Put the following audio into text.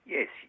Yes